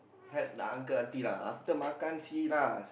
help the uncle auntie lah after makan see lah